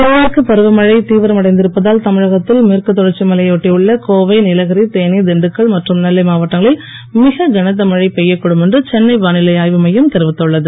தென்மேற்கு பருவமழை தீவிரமடைந்து இருப்பதால் தமிழகத்தில் மேற்கு தொடர்ச்சி மலையையொட்டி உள்ள கோவை நீலகிரி தேனி திண்டுக்கல் மற்றும் நெல்லை மாவட்டங்களில் மிக கனத்த மழை பெய்யக் கூடும் என்று சென்னை வானிலை ஆய்வு மையம் தெரிவித்துள்ளது